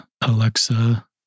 Alexa